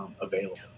available